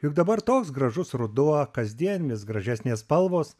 juk dabar toks gražus ruduo kasdien vis gražesnės spalvos